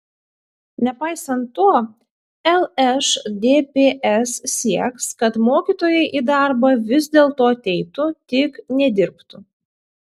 nepaisant to lšdps sieks kad mokytojai į darbą vis dėlto ateitų tik nedirbtų